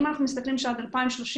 אם אנחנו מסתכלים עד 2030,